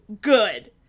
Good